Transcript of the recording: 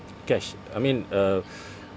cash I mean uh